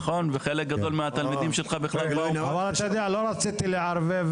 נכון וחלק גדול מהתלמידים שלך --- אבל אתה יודע לא רציתי לערבב,